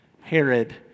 Herod